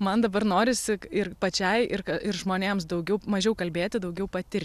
man dabar norisi ir pačiai ir žmonėms ir ka daugiau mažiau kalbėti daugiau patirti